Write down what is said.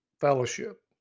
fellowship